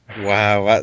Wow